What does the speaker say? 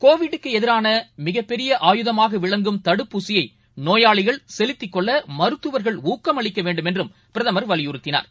Covid க்குஎதிரானமிகப்பெரிய ஆயுதமாகவிளங்கும் தடுப்பூசியைநோயாளிகள் செலுத்திக்கொள்ளமருத்துவர்கள் ஊக்கம் அளிக்கவேண்டுமென்றும் பிரதமர் வலியுறுத்தினார்